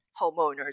homeowners